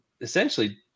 essentially